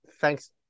thanks